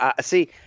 See